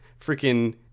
freaking